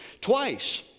twice